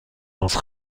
lance